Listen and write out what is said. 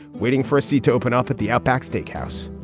waiting for a c to open up at the outback steakhouse.